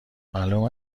معلوم